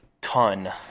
ton